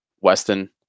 Weston